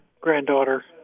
granddaughter